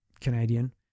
Canadian